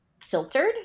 filtered